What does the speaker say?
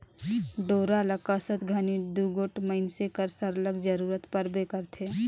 डोरा ल कसत घनी दूगोट मइनसे कर सरलग जरूरत परबे करथे